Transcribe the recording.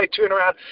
turnaround